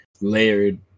layered